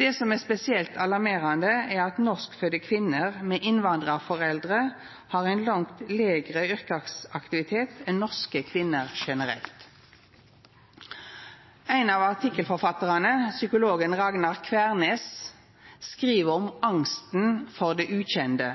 Det som er spesielt alarmerande, er at norskfødde kvinner med innvandrarforeldre har ein langt lægre yrkesaktivitet enn norske kvinner generelt. Ein av artikkelforfattarane, psykologen Ragnar Kværness, skriv om angsten for det ukjende.